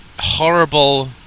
horrible